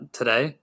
today